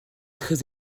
très